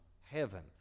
heaven